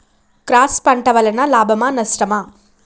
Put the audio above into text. Cross పంట వలన లాభమా నష్టమా?